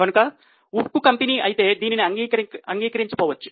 ఒక ఉక్కు కంపెనీ అయితే దీనికి అంగీకరించకపోవచ్చు